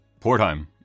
Portheim